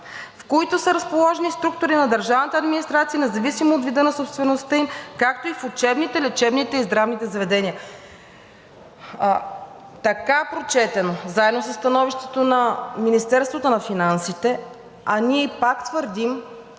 в които са разположени структури на държавната администрация, независимо от вида на собствеността им, както и в учебните, лечебните и здравните заведения.“ Така прочетено заедно със становището на Министерството на финансите, а ние пак твърдим,